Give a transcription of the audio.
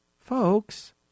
Folks